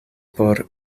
por